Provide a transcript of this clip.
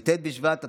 י"ט בשבט התשפ"ג,